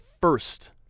first